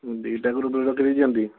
ଦୁଇଟା ଗ୍ରୁପରେ ରଖି ଦେଇଛନ୍ତି